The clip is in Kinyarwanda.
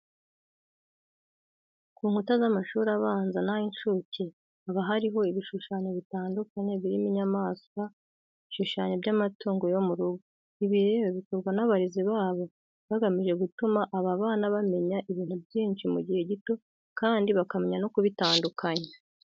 Ku nkuta z'amashuri abanza n'ay'incuke haba hariho ibishushanyo bitandukanye birimo inyamaswa, ibishushanyo by'amatungo yo mu rugo. Ibi rero bikorwa n'abarezi babo bagamije gutuma aba bana bamenya ibintu byinshi mu gihe gito kandi bakamenya no kubitandukanya.